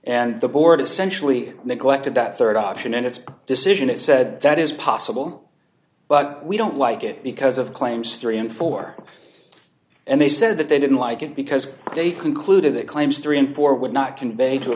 and the board essentially neglected that rd option in its decision it said that is possible but we don't like it because of claims three and four and they said that they didn't like it because they concluded that claims three and four would not convey to a